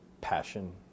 passion